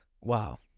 Wow